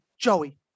Joey